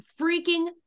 freaking